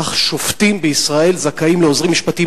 כך שופטים בישראל זכאים לעוזרים משפטיים,